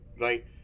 right